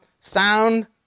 sound